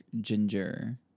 ginger